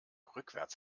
rückwärts